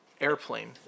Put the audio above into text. Airplane